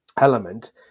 element